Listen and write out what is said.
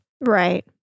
right